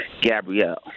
Gabrielle